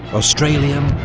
australian,